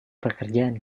pekerjaan